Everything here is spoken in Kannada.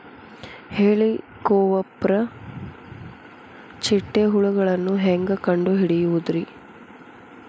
ಹೇಳಿಕೋವಪ್ರ ಚಿಟ್ಟೆ ಹುಳುಗಳನ್ನು ಹೆಂಗ್ ಕಂಡು ಹಿಡಿಯುದುರಿ?